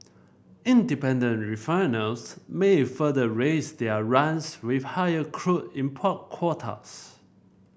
independent refiners may further raise their runs with higher crude import quotas